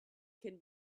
can